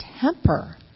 temper